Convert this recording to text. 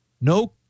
no